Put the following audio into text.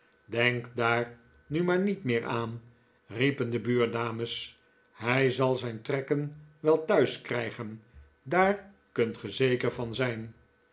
daar nu maar niet meer aan riepen de buurdames hij zal zijn trekken wel thuis krijgen daar kunt ge zeker van zijn